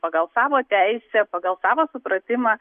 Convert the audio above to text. pagal savo teisę pagal savo supratimą